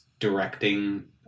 directing